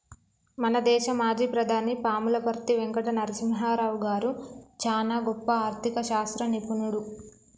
మన దేశ మాజీ ప్రధాని పాములపర్తి వెంకట నరసింహారావు గారు చానా గొప్ప ఆర్ధిక శాస్త్ర నిపుణుడు